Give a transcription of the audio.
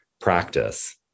practice